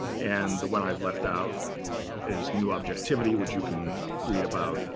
and the one i've left out is new objectivity, which you can read about.